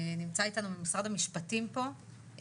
נמצא איתנו ממשרד המשפטים פה,